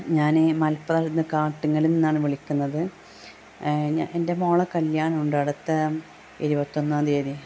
ഞാന് മൽപ്പുറത്തുനിന്ന് കാട്ടിങ്ങൽനിന്നാണ് വിളിക്കുന്നത് എൻ്റെ മോളെ കല്യാണമുണ്ട് അടുത്ത ഇരുപത്തിയൊന്നാം തീയതി